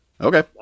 Okay